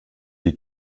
die